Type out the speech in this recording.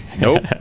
nope